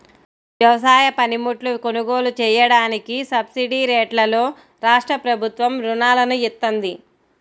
వ్యవసాయ పనిముట్లు కొనుగోలు చెయ్యడానికి సబ్సిడీరేట్లలో రాష్ట్రప్రభుత్వం రుణాలను ఇత్తంది